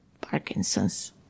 Parkinson's